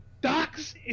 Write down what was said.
docks